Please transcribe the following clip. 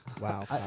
Wow